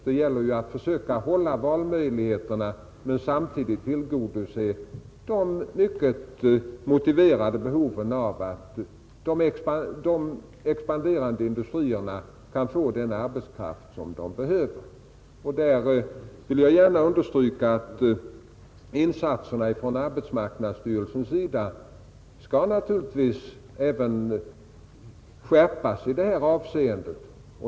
Det gäller att försöka upprätthålla valmöjligheterna men att samtidigt tillgodose de mycket motiverade behoven för de expanderande industrierna att få den arbetskraft som de behöver. Därvidlag vill jag gärna understryka att även insatserna från arbetsmarknadsstyrelsens sida naturligtvis skall skärpas i detta avseende.